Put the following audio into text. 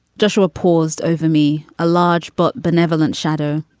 joshua paused over me, a large but benevolent shadow,